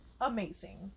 amazing